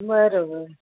बरोबर